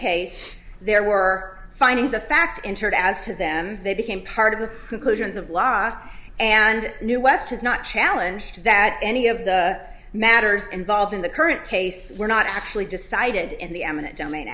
case there were findings of fact entered as to them they became part of the conclusions of law and new west has not challenge that any of the matters involved in the current case were not actually decided in the eminent domain